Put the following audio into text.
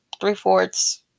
three-fourths